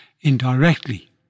indirectly